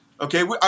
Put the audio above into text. okay